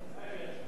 שלמה מולה,